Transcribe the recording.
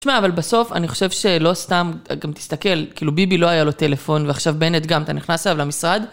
שמע, אבל בסוף אני חושב שלא סתם, גם תסתכל, כאילו ביבי לא היה לו טלפון ועכשיו בנט גם, אתה נכנס אליו למשרד.